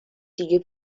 دیگه